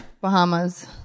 Bahamas